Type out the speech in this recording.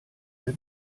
der